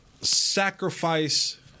sacrifice